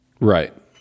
right